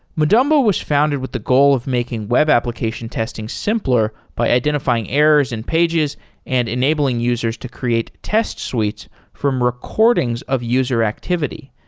madumbo was founded with the goal of making web application testing simpler by identifying errors in pages and enabling users to create test suites from recordings of user activity.